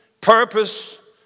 purpose